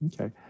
okay